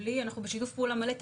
אנחנו בשיתוף פעולה מלא,